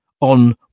on